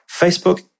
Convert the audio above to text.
Facebook